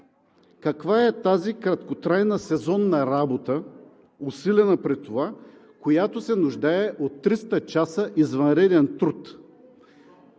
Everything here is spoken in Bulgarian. каква е тази краткотрайна сезонна работа, усилена при това, която се нуждае от 300 часа извънреден труд?